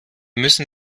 müssen